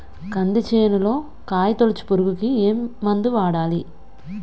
కంది చేనులో కాయతోలుచు పురుగుకి ఏ మందు వాడాలి?